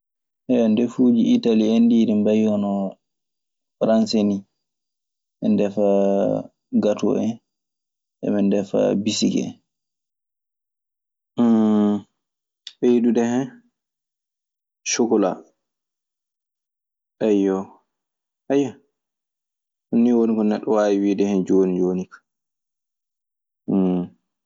Ndefuuji italii en ɗii, eɗi mbayi hono faranse nii. Eɓe ndefaa gato en, eɓe ndefa bisiki en. ɓeydude hen cokola ayyo. Aya ɗun ni woni ko neɗɗo waawi hen jooni jooni ka uum.